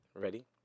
Ready